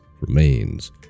remains